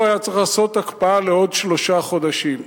היה צריך לעשות הקפאה לעוד שלושה חודשים.